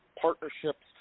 partnerships